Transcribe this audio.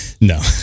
No